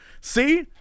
See